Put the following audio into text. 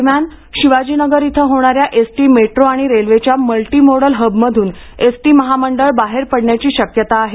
दरम्यान शिवाजीनगर इथं होणाऱ्या एस टी मेट्रो आणि रेल्वेच्या मल्टीमोडल हबमधून एस टी महामंडळ बाहेर पडण्याची शक्यता आहे